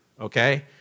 Okay